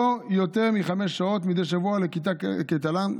לא יותר מחמש שעות של תל"ן מדי שבוע לכיתה ברוחב.